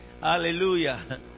hallelujah